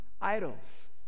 idols